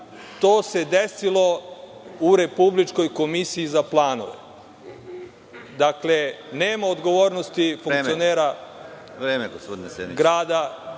to se desilo u Republičkoj komisiji za planove. Dakle, nema odgovornosti funkcionera grada,